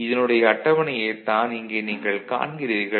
இதனுடைய அட்டவணையைத் தான் இங்கே நீங்கள் காண்கிறீர்கள்